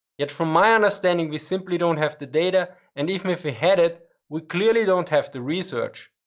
yet, from my understanding we simply don't have the data and even if we had it, we clearly don't have the research.